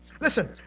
Listen